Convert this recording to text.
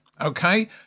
okay